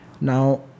Now